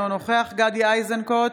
אינו נוכח גדי איזנקוט,